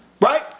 Right